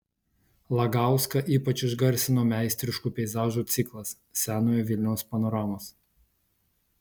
lagauską ypač išgarsino meistriškų peizažų ciklas senojo vilniaus panoramos